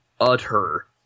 utter